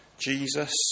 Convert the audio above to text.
Jesus